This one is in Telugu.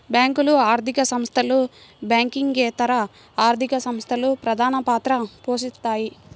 బ్యేంకులు, ఆర్థిక సంస్థలు, బ్యాంకింగేతర ఆర్థిక సంస్థలు ప్రధానపాత్ర పోషిత్తాయి